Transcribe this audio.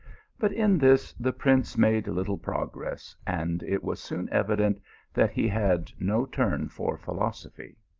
but in this the prince made little progress, and it was soon evident that he had no turn for philosophy.